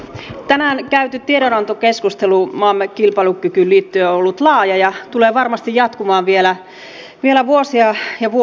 tänään käyty tiedonantokeskustelu maamme kilpailukykyyn liittyen on ollut laaja ja tulee varmasti jatkumaan vielä vuosia ja vuosia